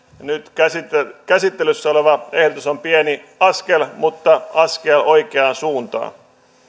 nyt käsittelyssä oleva ehdotus on pieni askel mutta askel oikeaan suuntaan